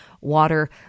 Water